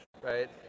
right